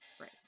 right